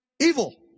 evil